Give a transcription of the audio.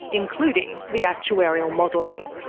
including the actuarial modelling.